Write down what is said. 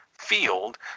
field